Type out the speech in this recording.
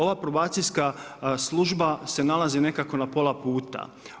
Ova probacijska služba se nalazi nekako na pola puta.